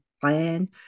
plan